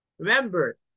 Remember